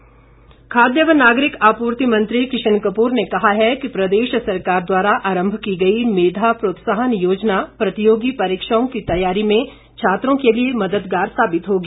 किशन कपूर खाद्य व नागरिक आपूर्ति मंत्री किशन कपूर ने कहा है कि प्रदेश सरकार द्वारा आरम्म की गई मेधा प्रोत्साहन योजना प्रतियोगी परीक्षाओं की तैयारी में छात्रों के लिए मददगार साबित होगी